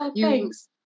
thanks